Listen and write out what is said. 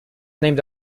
named